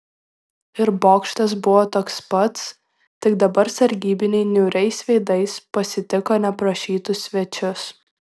ir bokštas buvo toks pats tik dabar sargybiniai niūriais veidais pasitiko neprašytus svečius